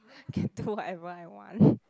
can do whatever I want